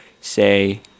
say